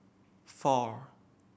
four